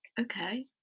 Okay